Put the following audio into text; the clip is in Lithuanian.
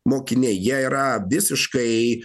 mokiniai jie yra visiškai